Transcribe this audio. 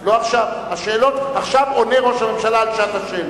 אני מבקש לאפשר לראש הממשלה להמשיך בדבריו.